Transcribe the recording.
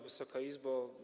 Wysoka Izbo!